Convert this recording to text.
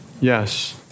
yes